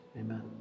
amen